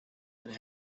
and